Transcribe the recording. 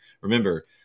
Remember